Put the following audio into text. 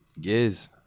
Yes